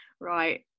right